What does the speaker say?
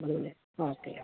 വരൂലേ okay okay